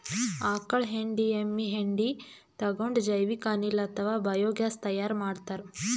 ಆಕಳ್ ಹೆಂಡಿ ಎಮ್ಮಿ ಹೆಂಡಿ ತಗೊಂಡ್ ಜೈವಿಕ್ ಅನಿಲ್ ಅಥವಾ ಬಯೋಗ್ಯಾಸ್ ತೈಯಾರ್ ಮಾಡ್ತಾರ್